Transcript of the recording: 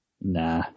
Nah